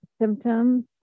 symptoms